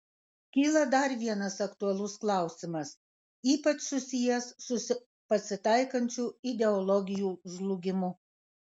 kyla dar vienas aktualus klausimas ypač susijęs su pasitaikančiu ideologijų žlugimu